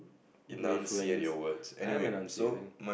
wavelengths I am enunciating